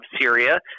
Syria